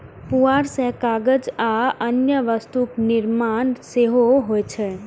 पुआर सं कागज आ अन्य वस्तुक निर्माण सेहो होइ छै